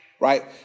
right